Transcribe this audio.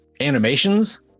animations